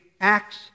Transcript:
Acts